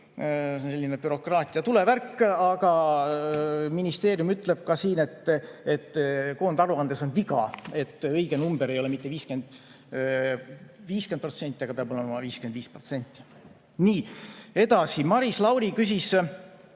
kiri, selline bürokraatia tulevärk, aga ministeerium ütleb siin, et koondaruandes on viga: õige number ei ole mitte 50%, vaid peab olema 55%. Maris Lauri küsis